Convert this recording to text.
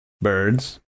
birds